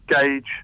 gauge